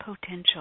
potential